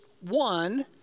one